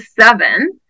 seven